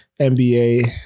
NBA